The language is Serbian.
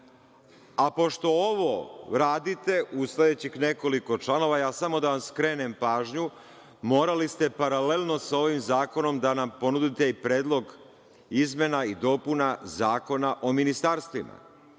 ovo radite u sledećih nekoliko članova, samo da vam skrenem pažnju, morali ste paralelno sa ovim zakonom da nam ponudite i predlog izmena i dopuna Zakona o ministarstvima,